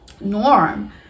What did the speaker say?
norm